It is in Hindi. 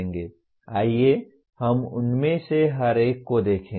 आइए हम उनमें से हर एक को देखें